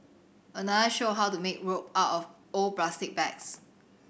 another showed how to make rope out of old plastic bags